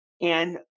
And-